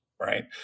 right